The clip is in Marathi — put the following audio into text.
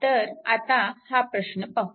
तर आता हा प्रश्न पाहू